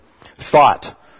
thought